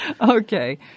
Okay